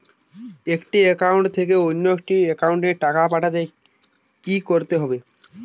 একটি একাউন্ট থেকে অন্য একাউন্টে টাকা পাঠাতে কি করতে হবে?